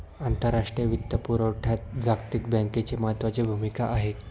आंतरराष्ट्रीय वित्तपुरवठ्यात जागतिक बँकेची महत्त्वाची भूमिका आहे